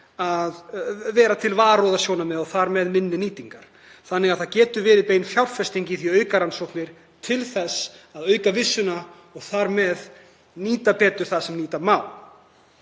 að kalla á varúð og þar með minni nýtingu, þannig að það getur verið bein fjárfesting í því að auka rannsóknir til þess að auka vissuna og þar með nýta betur það sem nýta má.